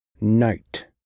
Night